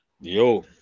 Yo